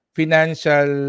financial